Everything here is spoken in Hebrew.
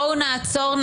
בואו נעצור,